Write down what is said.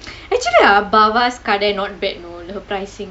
actually ah bhava's கடை:kadai not bad know pricing